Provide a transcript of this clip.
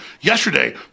yesterday